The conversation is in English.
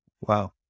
Wow